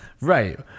right